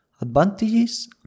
Advantages